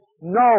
No